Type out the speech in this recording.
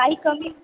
काही कमी